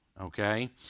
okay